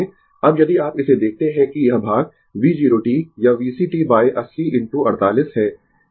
अब यदि आप इसे देखते है कि यह भाग V 0 t यह VCt बाय 80 इनटू 48 है